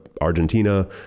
Argentina